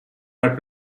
are